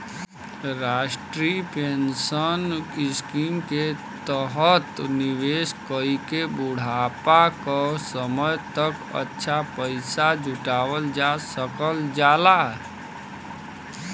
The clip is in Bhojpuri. राष्ट्रीय पेंशन स्कीम के तहत निवेश कइके बुढ़ापा क समय तक अच्छा पैसा जुटावल जा सकल जाला